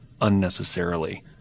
unnecessarily